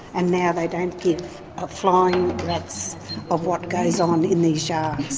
and now they don't give a flying rat's of what goes on in these yards.